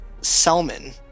selman